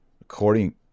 According